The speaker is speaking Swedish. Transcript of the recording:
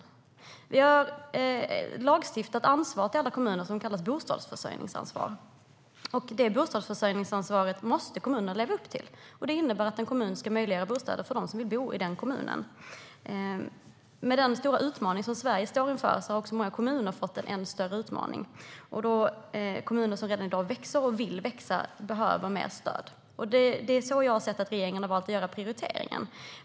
Alla kommuner har ett lagstiftat ansvar som kallas bostadsförsörjningsansvar. Bostadsförsörjningsansvaret måste kommunerna leva upp till, och det innebär att en kommun ska möjliggöra bostäder för dem som vill bo i kommunen. Med den stora utmaning Sverige står inför har även många kommuner fått en ännu större utmaning, och kommuner som redan i dag växer - och vill växa - behöver mer stöd. Det är så jag har sett att regeringen har valt att göra prioriteringen.